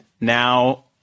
now